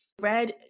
Red